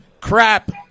crap